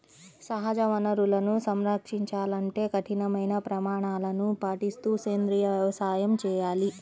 సహజ వనరులను సంరక్షించాలంటే కఠినమైన ప్రమాణాలను పాటిస్తూ సేంద్రీయ వ్యవసాయం చేయాలి